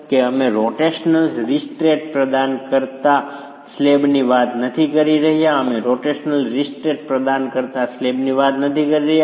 કે અમે rotational restraint પ્રદાન કરતા સ્લેબની વાત નથી કરી રહ્યા અમે રોટેશનલ રિસ્ટ્રેંટ પ્રદાન કરતા સ્લેબની વાત નથી કરી રહ્યા